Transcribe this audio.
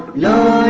no